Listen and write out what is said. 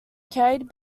carried